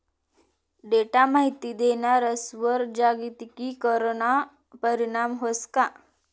Data माहिती देणारस्वर जागतिकीकरणना परीणाम व्हस का?